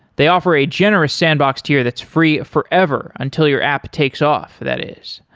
they offer a generous sandbox to you that's free forever until your app takes off that is.